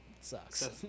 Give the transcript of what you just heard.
Sucks